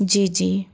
जी जी